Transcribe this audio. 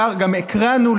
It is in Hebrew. גם קראנו,